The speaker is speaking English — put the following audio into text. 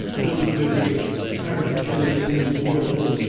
known to every caricaturist in the world,